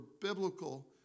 biblical